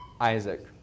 Isaac